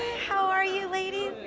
how are you, ladies?